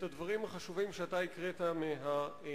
את הדברים החשובים שאתה הקראת מהתורה.